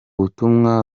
butumwa